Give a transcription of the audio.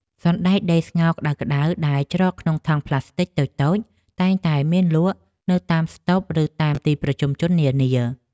សណ្តែកដីស្ងោរក្តៅៗដែលច្រកក្នុងថង់ប្លាស្ទិកតូចៗតែងតែមានលក់នៅតាមស្តុបឬតាមទីប្រជុំជននានា។